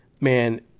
man